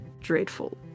dreadful